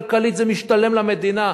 כלכלית, זה משתלם למדינה.